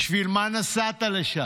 בשביל מה נסעת לשם,